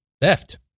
theft